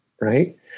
right